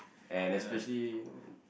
and especially